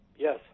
Yes